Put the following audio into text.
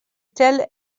tel